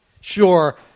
Sure